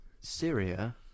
Syria